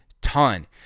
ton